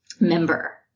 member